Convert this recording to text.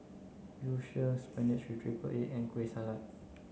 Yu Sheng spinach with triple egg and Kueh Salat